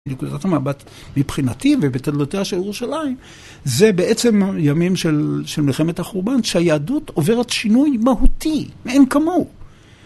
מנקודת המבט, מבחינתי ובתלדותיה של ירושלים זה בעצם ימים של.. של מלחמת החורבן שהיהדות עוברת שינוי מהותי, אין כמוהו.